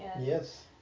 Yes